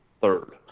third